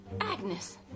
Agnes